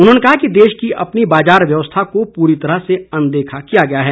उन्होंने कहा कि देश की अपनी बाजार व्यवस्था को पूरी तरह से अनदेखा किया गया है